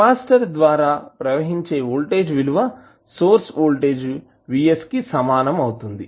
capacitor ద్వారా ప్రవహించే voltage విలువ సోర్స్ వోల్టేజ్ VS కి సమానం అవుతుంది